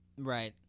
Right